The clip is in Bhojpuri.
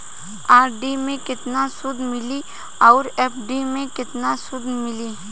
आर.डी मे केतना सूद मिली आउर एफ.डी मे केतना सूद मिली?